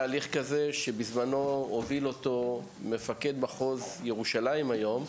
בזמנו הוביל אותו מפקד מחוז ירושלים היום,